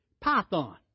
Python